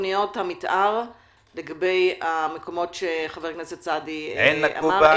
תוכניות המתאר במקומות שחבר הכנסת ציין: עין נקובה,